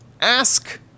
Ask